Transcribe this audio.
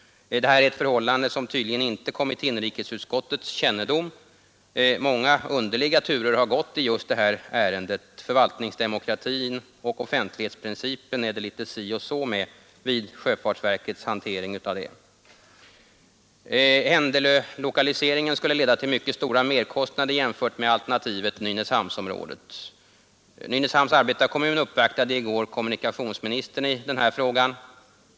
Det är ett förhållande som tydligen inte kommit till inrikesutskottets kännedom. Det har varit många underliga turer i just det här ärendet. Det var litet si och så med förvaltningsdemokratin och offentlighetsprincipen vid sjöfartsverkets hantering av den här frågan. Händelö-lokaliseringen skulle leda till mycket stora merkostnader jämfört med alternativet Nynäshamnsområdet. Nynäshamns arbetarkommun uppvaktade i går kommunikationsministern i den här frågan.